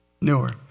Newer